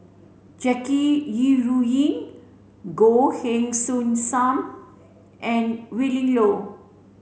Jackie Yi Ru Ying Goh Heng Soon Sam and Willin Low